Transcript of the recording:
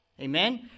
Amen